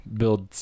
build